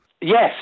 Yes